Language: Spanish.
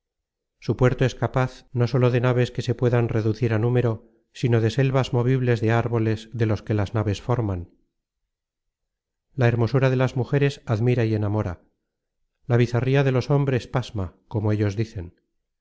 su puerto es capaz no sólo de naves que se puedan reducir á número sino de selvas movibles de árboles que los de las naves forman la hermosura de las mujeres admira y enamora la bizarría de los hombres pasma como ellos dicen